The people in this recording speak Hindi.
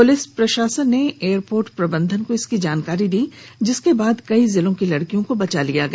पुलिस प्रशासन ने एयरपोर्ट प्रबंधन को इसकी जानकारी दी जिसके बाद कई जिलों की लड़कियों को बचा लिया गया